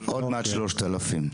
עוד מעט שלושת אלפים.